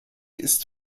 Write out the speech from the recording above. ist